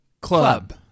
Club